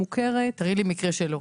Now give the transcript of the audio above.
תראי לי מקרה שלא.